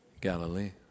Galilee